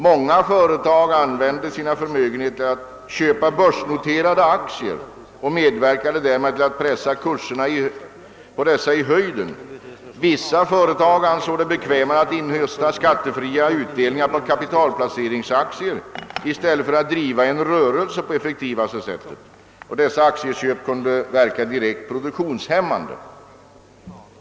Många företag använde sina förmögenheter till att köpa börsnoterade aktier och medverkade därmed till att pressa kurserna på dessa 1 höjden. Vissa företag ansåg det bekvämare att inhösta skattefria utdelningar på det effektivaste sättet. Dessa aktieköp kunde verka direkt produktionshämmande.